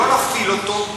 לא להפעיל אותו,